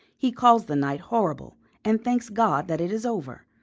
he calls the night horrible and thanks god that it is over.